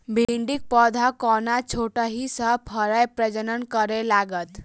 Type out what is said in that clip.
भिंडीक पौधा कोना छोटहि सँ फरय प्रजनन करै लागत?